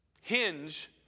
hinge